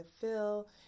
fill